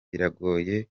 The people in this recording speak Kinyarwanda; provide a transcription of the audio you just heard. biragoye